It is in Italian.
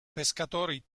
pescatori